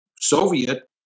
Soviet